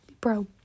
bro